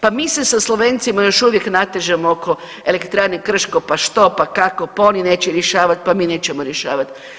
Pa mi se sa Slovencima još uvijek natežemo oko elektrane Krško pa što, pa kako, pa oni neće rješavat, pa mi nećemo rješavat.